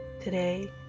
Today